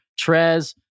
Trez